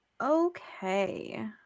okay